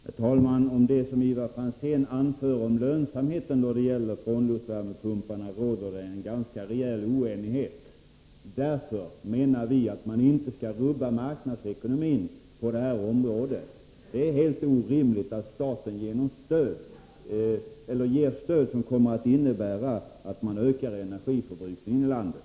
Herr talman! Om det som Ivar Franzén anför beträffande lönsamheten då det gäller frånluftsvärmepumparna råder det en ganska rejäl oenighet. Därför menar vi att man inte skall rubba marknadsekonomin på detta område. Det är helt orimligt att staten ger stöd som kommer att innebära att man ökar energiförbrukningen i landet.